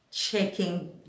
checking